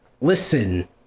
Listen